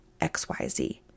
XYZ